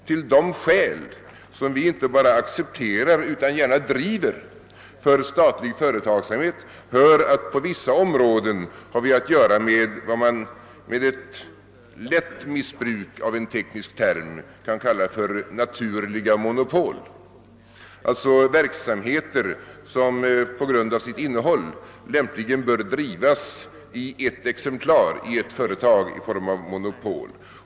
Till de skäl som vi inte bara accepterar utan gärna även driver för statlig företagsamhet hör, att på vissa områden har vi att göra med vad man med ett lätt missbruk av en teknisk term kan kalla för naturliga monopol, alltså verksamheter som på grund av sitt innehåll lämpligen bör drivas i ett exemplar, i ett företag i form av monopol.